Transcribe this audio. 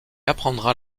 apprendra